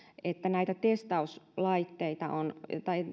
että näitä testauslaitteita tai